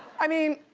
i mean,